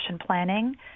planning